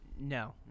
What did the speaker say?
No